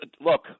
Look